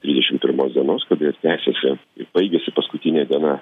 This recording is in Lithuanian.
trisdešim pirmos dienos kada ir tęsiasi ir baigiasi paskutinė diena